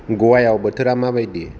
ग'वायाव बोथोरा मा बायदि